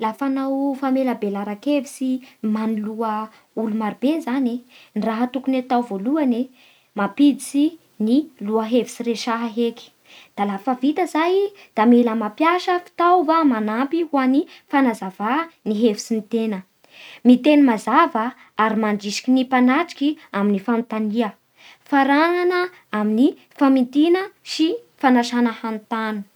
Lafa hanao famelabelaran-kevitsy amin'ny olo marobe zany, ny raha tokony hatao voalohany e mampiditsy ny lohahevitsy resaha heky, da lafa vita zay da mila mampiasa fitaova manampy ho an'ny fanazava ny hevitsy ny tegna, miteny mazava ary mandrisiky ny mpanatriky amin'ny fanontania, farana amin'ny famintiny sy ny fanasana hanotano.